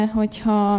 hogyha